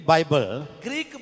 Bible